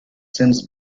since